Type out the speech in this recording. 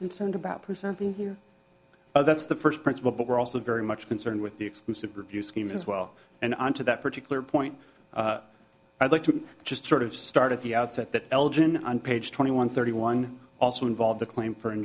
concerned about preserving here that's the first principle but we're also very much concerned with the exclusive review scheme as well and on to that particular point i'd like to just sort of start at the outset that elgin on page twenty one thirty one also involved the claim for